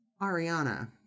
Ariana